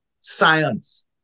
science